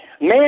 Man